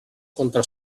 contra